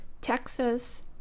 Texas